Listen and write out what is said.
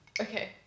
Okay